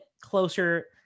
closer